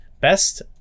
best